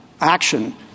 action